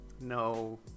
No